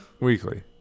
Weekly